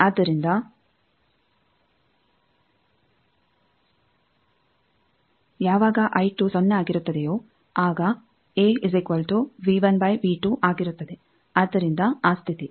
ಆದ್ದರಿಂದ ಆದ್ದರಿಂದ ಆ ಸ್ಥಿತಿ